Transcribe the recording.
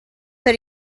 per